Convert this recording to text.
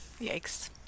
Yikes